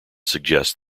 suggest